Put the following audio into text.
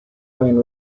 lane